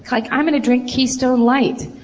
like i'm gonna drink keystone light.